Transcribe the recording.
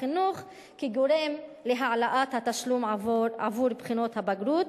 החינוך כגורם להעלאת התשלום בעבור בחינות הבגרות,